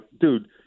dude